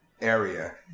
area